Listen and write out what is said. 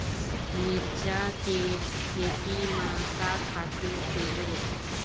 मिरचा के खेती म का खातू देबो?